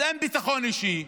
אז אין ביטחון אישי,